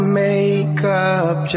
makeup